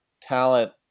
talent